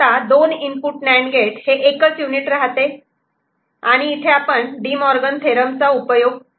E" तर आता 2 input NAND gate हे एकच युनिट राहते आणि इथे आपण De Morgan theorem De Morgan's theorem चा उपयोग करू